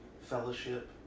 fellowship